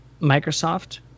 Microsoft